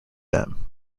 them